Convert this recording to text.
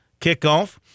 kickoff